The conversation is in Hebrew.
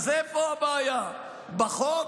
אז איפה הבעיה, בחוק?